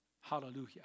Hallelujah